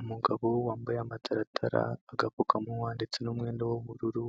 Umugabo wambaye amataratara agapfukamunwa ndetse n'umwenda w'ubururu